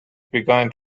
begun